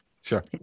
Sure